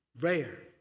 rare